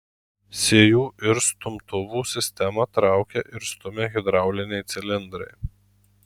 sijų ir stumtuvų sistemą traukia ir stumia hidrauliniai cilindrai